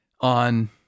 on